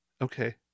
Okay